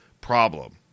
problem